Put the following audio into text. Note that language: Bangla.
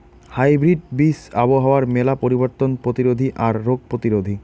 হাইব্রিড বীজ আবহাওয়ার মেলা পরিবর্তন প্রতিরোধী আর রোগ প্রতিরোধী